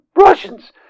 Russians